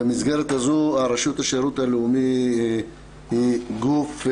במסגרת הזו, רשות השירות הלאומי היא גוף,